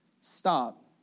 stop